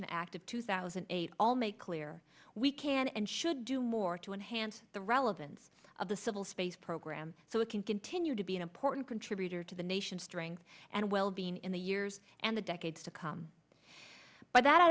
authorization act of two thousand and eight all make clear we can and should do more to enhance the relevance of the civil space program so we can continue to be an important contributor to the nation strength and well being in the years and the decades to come by that i